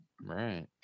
right